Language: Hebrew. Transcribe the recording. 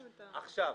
כאלה.